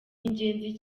ingenzi